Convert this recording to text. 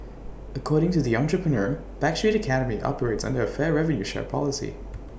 according to the entrepreneur backstreet academy operates under A fair revenue share policy